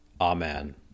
Amen